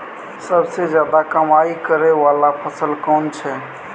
सबसे ज्यादा कमाई करै वाला फसल कोन छै?